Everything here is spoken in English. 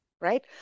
right